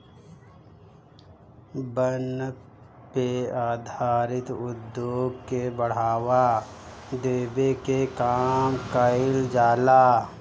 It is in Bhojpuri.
वन पे आधारित उद्योग के बढ़ावा देवे के काम कईल जाला